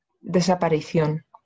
desaparición